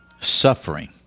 suffering